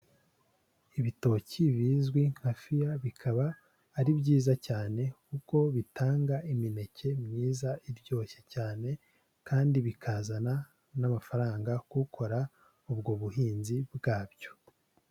Ibitoki bizwi nka fiya, bikaba ari byiza cyane kuko bitanga imineke myiza iryoshye cyane kandi bikazana n'amafaranga ku ukora ubwo buhinzi bwabyo.